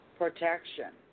protection